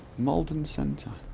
malden center